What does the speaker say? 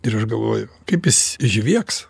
ir aš galvoju kaip jis žviegs